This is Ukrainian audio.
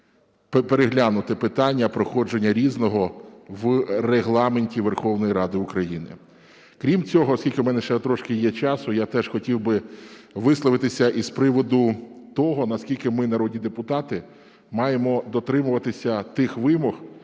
переглянути питання проходження "Різного" в Регламенті Верховної Ради України. Крім цього, оскільки у мене ще трошки є часу, я теж хотів би висловитися і з приводу того, наскільки ми народні депутати маємо дотримуватися тих вимог,